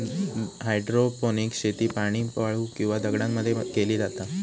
hydroponics शेती पाणी, वाळू किंवा दगडांमध्ये मध्ये केली जाता